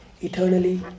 eternally